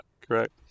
correct